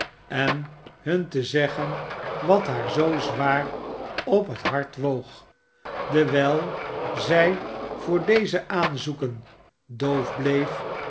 en hun te zeggen wat haar zoo zwaar op het hart woog dewijl zij voor deze aanzoekon doof bleef